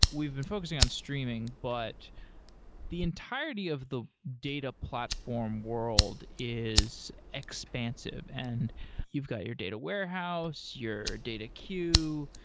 we've been focusing on streaming, but the entirety of the data platform world is expansive, and you've got your data warehouse, your data queue,